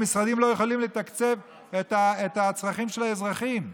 והמשרדים לא יכולים לתקצב את הצרכים של האזרחים.